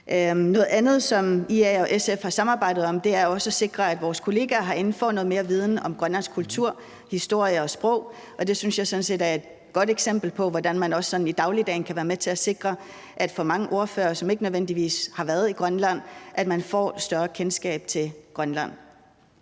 Noget andet, som IA og SF har samarbejdet om, er at sikre, at vores kollegaer herinde får noget mere viden om Grønlands kultur, historie og sprog, og det synes jeg sådan set er et godt eksempel på, hvordan man også sådan i dagligdagen kan være med til at sikre, at mange ordførere, som ikke nødvendigvis har været i Grønland, får et større kendskab til Grønland.